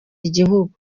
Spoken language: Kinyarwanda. igihugu